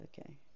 okay